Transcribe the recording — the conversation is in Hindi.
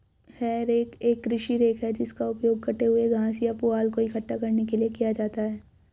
हे रेक एक कृषि रेक है जिसका उपयोग कटे हुए घास या पुआल को इकट्ठा करने के लिए किया जाता है